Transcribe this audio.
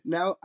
Now